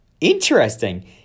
Interesting